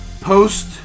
Post